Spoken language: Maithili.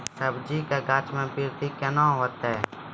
सब्जी के गाछ मे बृद्धि कैना होतै?